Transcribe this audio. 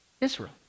Israel